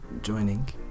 joining